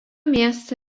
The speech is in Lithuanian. miestą